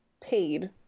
paid